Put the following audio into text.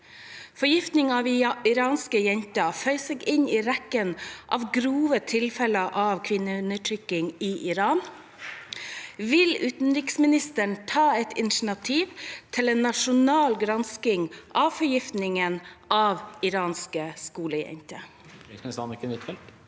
Forgiftningene av iranske jenter føyer seg inn i rekken av grove tilfeller av kvinneundertrykking. Vil utenriksministeren ta initiativ til en internasjonal gransking av forgiftningen av iranske skolejenter?»